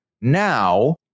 now